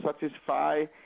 satisfy